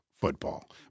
football